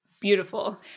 Beautiful